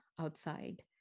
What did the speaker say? outside